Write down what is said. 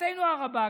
לשמחתנו הרבה,